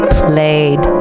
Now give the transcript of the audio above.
played